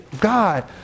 God